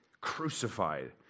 crucified